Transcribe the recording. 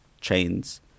chains